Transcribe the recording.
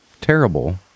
Terrible